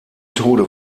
tode